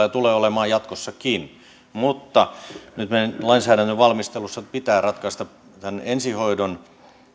ja tulee olemaan jatkossakin mutta nyt meidän lainsäädännön valmistelussa pitää ratkaista tämän ensihoidon